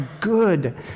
good